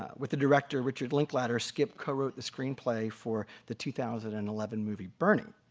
ah with the director richards linklater, skip cowrote the screenplay for the two thousand and eleven movie bernie,